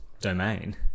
domain